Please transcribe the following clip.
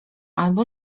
albo